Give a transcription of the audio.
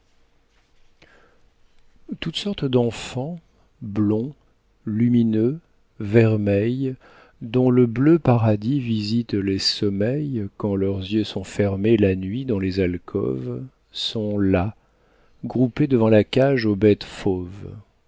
toutes sortes d'enfants blonds lumineux vermeils dont le bleu paradis visite les sommeils quand leurs yeux sont fermés la nuit dans les alcôves sont là groupés devant la cage aux bêtes fauves